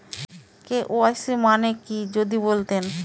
KYC মানে কি যদি বলতেন?